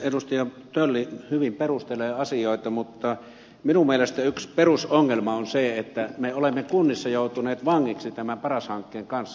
edustaja tölli hyvin perustelee asioita mutta minun mielestäni yksi perusongelma on se että me olemme kunnissa joutuneet vangiksi tämän paras hankkeen kanssa